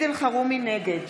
נגד